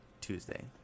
Tuesday